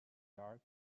dark